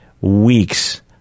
weeks